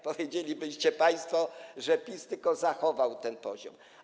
Powiedzielibyście państwo, że PiS tylko zachował ten poziom.